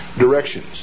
directions